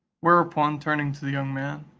whereupon, turning to the young man,